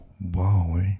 wow